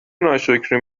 ناشکری